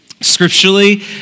scripturally